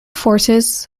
forces